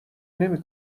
نمی